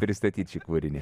pristatyt šį kūrinį